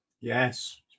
yes